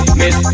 miss